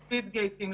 בספיד גייטים,